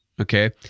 okay